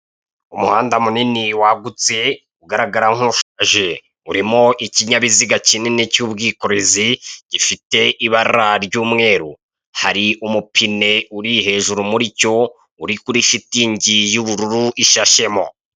Umuhanda munini wagutse , ugaragaza nkushaje, urimo ikinyabiziga kinini cy' ubwikorezi, gifite ibara ry' umweru, hari upine uri hejuru muri cyo, uri kuri shitingi y' ubururu ishashemo.